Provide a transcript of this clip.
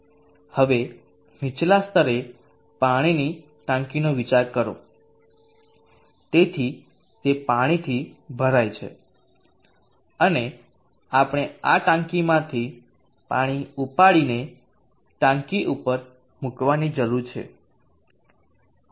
હવે નીચલા સ્તરે પાણીની ટાંકીનો વિચાર કરો તેથી તે પાણીથી ભરાય છે અને આપણે આ ટાંકીમાંથી પાણી ઉપાડીને ટાંકી ઉપર મૂકવાની જરૂર છે